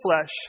flesh